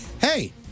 hey